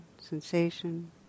sensation